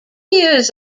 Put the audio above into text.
years